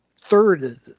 third